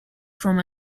from